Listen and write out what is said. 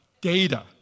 Data